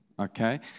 Okay